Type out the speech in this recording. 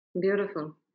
Beautiful